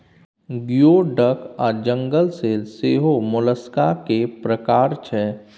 गियो डक आ jingle shell सेहो मोलस्का केर प्रकार छै